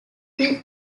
will